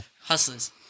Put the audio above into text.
Hustlers